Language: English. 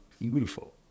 beautiful